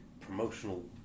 promotional